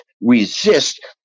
resist